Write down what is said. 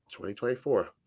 2024